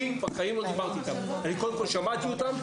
אני קודם כול שמעתי אותם.